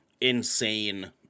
insane